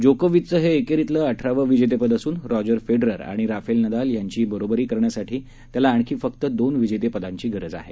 जोकोविकचं हे एकेरीतलं अठरावं विजेतेपद असून रॅजर फेडरर आणि राफेल नदाल यांची बरोबरी करण्यासाठी त्याला आणखी फक्त दोन विजेतेपदांची गरज आहे